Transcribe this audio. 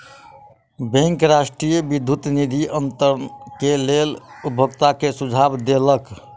bank राष्ट्रीय विद्युत निधि अन्तरण के लेल उपभोगता के सुझाव देलक